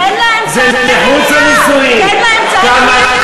תן לה אמצעי מניעה.